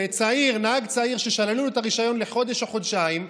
נהג צעיר ששללו לו את הרישיון לחודש או לחודשיים,